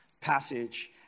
passage